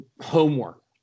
homework